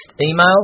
email